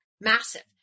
massive